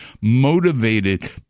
motivated